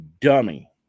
dummy